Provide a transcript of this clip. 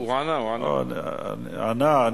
הוא ענה, הוא ענה.